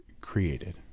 created